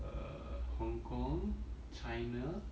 err hong kong china